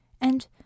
And